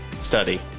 study